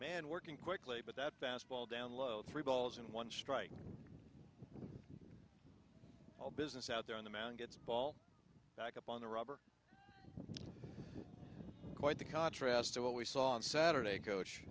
man working quickly but that fastball download three balls in one strike all business out there on the mound gets ball back up on the rubber quite the contrast to what we saw on saturday coach